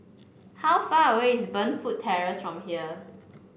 how far away is Burnfoot Terrace from here